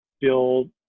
build